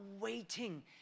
waiting